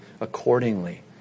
accordingly